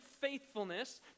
faithfulness